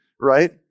right